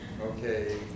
Okay